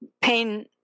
pain